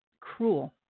cruel